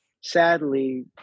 sadly